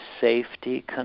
safety